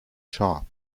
sharp